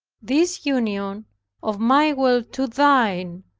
this union of my will to thine,